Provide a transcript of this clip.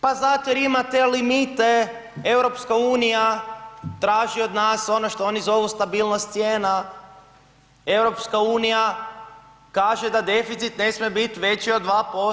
Pa zato jer ima te limite, EU traži od nas ono što oni zovu stabilnost cijena, EU kaže da deficit ne smije biti veći od 2%